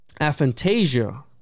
Aphantasia